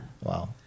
Wow